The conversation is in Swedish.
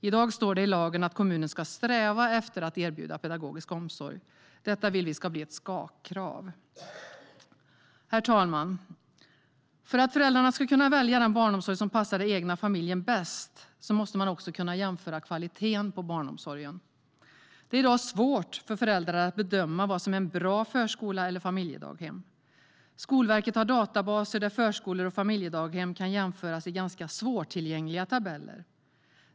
I dag står det i lagen att kommunen ska sträva efter att erbjuda pedagogisk omsorg. Vi vill att detta ska bli ett skall-krav. Herr talman! För att föräldrar ska kunna välja den barnomsorg som passar den egna familjen bäst måste de också kunna jämföra kvaliteten på barnomsorgen. Det är i dag svårt för föräldrar att bedöma vad som är en bra förskola eller ett bra familjedaghem. Skolverket har databaser där förskolor och familjedaghem kan jämföras i ganska svårtillgängliga tabeller.